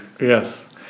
Yes